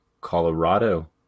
Colorado